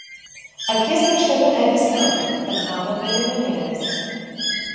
akies krašteliu edis matė kad hana be liemenėlės